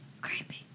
Creepy